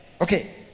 Okay